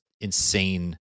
insane